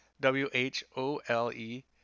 W-H-O-L-E